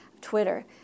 Twitter